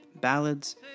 ballads